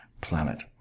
planet